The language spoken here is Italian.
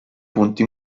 punto